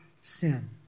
sin